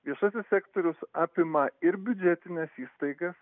viešasis sektorius apima ir biudžetines įstaigas